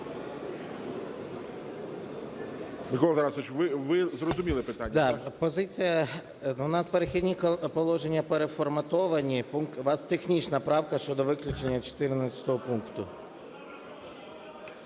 Да. Позиція. У нас "Перехідні положення" переформатовані. У вас технічна правка щодо виключення 14 пункту.